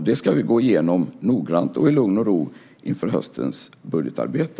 Det ska vi gå igenom noggrant i lugn och ro inför höstens budgetarbete.